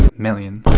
million.